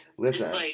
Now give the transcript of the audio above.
Listen